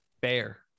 Bear